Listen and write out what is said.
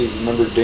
remember